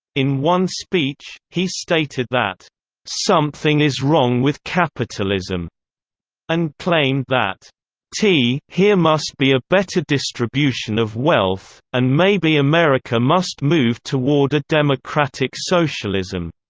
in one speech, he stated that something is wrong with capitalism and claimed that t here must be a better distribution of wealth, and maybe america must move toward a democratic socialism.